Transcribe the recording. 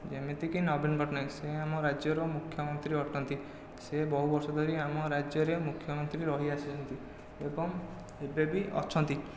ଯେମିତିକି ନବୀନ ପଟ୍ଟନାୟକ ସେ ଆମ ରାଜ୍ୟର ମୁଖ୍ୟମନ୍ତ୍ରୀ ଅଟନ୍ତି ସେ ବହୁ ବର୍ଷ ଧରି ଆମ ରାଜ୍ୟର ମୁଖ୍ୟମନ୍ତ୍ରୀ ରହିଆସିଛନ୍ତି ଏବଂ ଏବେବି ଅଛନ୍ତି